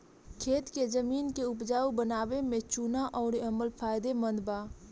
खेत के जमीन के उपजाऊ बनावे में चूना अउर अम्ल फायदेमंद बा